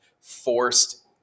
forced